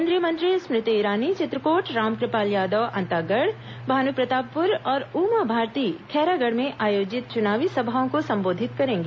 केंद्रीय मंत्री स्मृति ईरानी चित्रकोट रामकृपाल यादव अंतागढ़ भानुप्रतापपुर और उमा भारती खैरागढ़ में आयोजित चुनावी सभाओं को संबोधित करेंगी